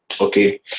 okay